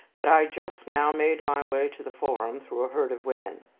that i just now made my way to the forum through a herd of women.